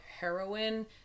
heroin